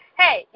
hey